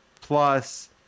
Plus